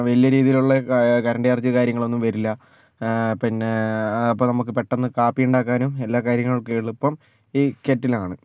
വലിയ രീതിയിലുള്ള current charge കാര്യങ്ങളൊന്നും വരില്ല പിന്നെ അപ്പോൾ നമുക്ക് പെട്ടെന്ന് നമുക്ക് കാപ്പി ഉണ്ടാക്കാനും എല്ലാകാര്യങ്ങൾക്കും എളുപ്പം ഈ കെറ്റിലാണ്